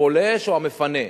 הפולש או המפנה.